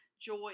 joy